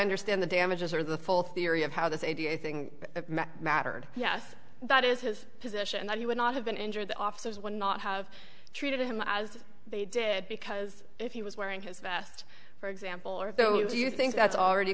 understand the day images are the full theory of how this idea a thing mattered yes that is his position that he would not have been injured the officers would not have treated him as they did because if he was wearing his vest for example or do you think that's already